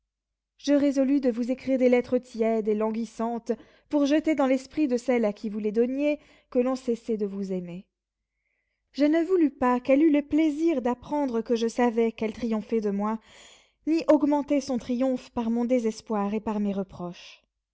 je résolus de vous écrire des lettres tièdes et languissantes pour jeter dans l'esprit de celle à qui vous les donniez que l'on cessait de vous aimer je ne voulus pas qu'elle eut le plaisir d'apprendre que je savais qu'elle triomphait de moi ni augmenter son triomphe par mon désespoir et par mes reproches